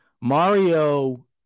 Mario